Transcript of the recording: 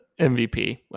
MVP